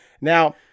Now